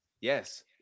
Yes